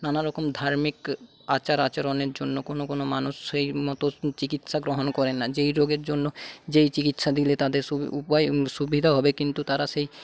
নানারকম ধার্মিক আচার আচরণের জন্য কোনো কোনো মানুষ সেই মতো চিকিৎসা গ্রহণ করে না যে রোগের জন্য যেই চিকিৎসা দিলে তাদের সু উপায় সুবিধা হবে কিন্তু তারা সেই